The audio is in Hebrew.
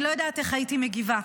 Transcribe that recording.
אני לא יודעת איך הייתי מגיבה,